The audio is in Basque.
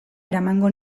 eramango